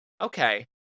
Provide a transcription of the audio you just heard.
Okay